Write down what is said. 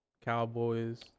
Cowboys